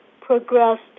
progressed